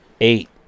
Eight